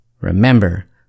Remember